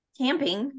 camping